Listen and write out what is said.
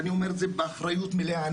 ואני אומר את זה באחריות מלאה.